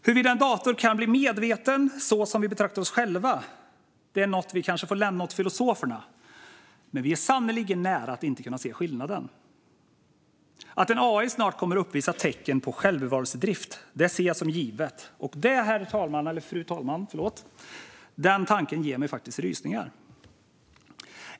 Huruvida en dator kan bli medveten så som vi betraktar oss själva är något som vi kanske får lämna åt filosoferna. Men vi är sannerligen nära att inte kunna se skillnaden. Att en AI snart kommer att uppvisa tecken på självbevarelsedrift ser jag som givet. Den tanken, fru talman, ger mig faktiskt rysningar.